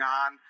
on